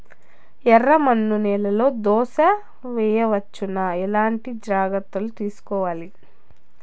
ఎర్రమన్ను నేలలో దోస వేయవచ్చునా? ఎట్లాంటి జాగ్రత్త లు తీసుకోవాలి?